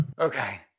Okay